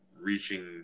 reaching